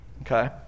Okay